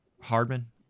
hardman